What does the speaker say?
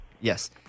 Yes